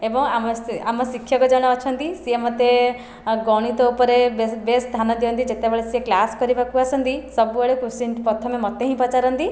ଏବଂ ଆମ ସେ ଆମ ଶିକ୍ଷକ ଜଣେ ଅଛନ୍ତି ସିଏ ମୋତେ ଗଣିତ ଉପରେ ବେସ୍ ଧ୍ୟାନ ଦିଅନ୍ତି ଯେତେବେଳେ ସିଏ କ୍ଲାସ କରିବାକୁ ଆସନ୍ତି ସବୁବେଳେ କୋଶ୍ଚିନ୍ ପ୍ରଥମେ ମୋତେ ହିଁ ପଚାରନ୍ତି